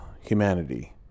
humanity